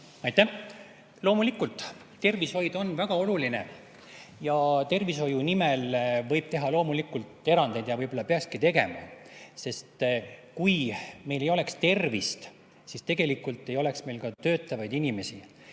olla. Loomulikult, tervishoid on väga oluline ja tervishoiu nimel võib teha erandeid ja võib-olla peakski tegema. Kui meil ei oleks tervist, siis tegelikult ei oleks meil ka töötavaid inimesi